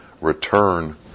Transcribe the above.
return